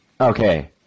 Okay